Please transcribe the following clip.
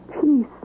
Peace